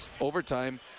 overtime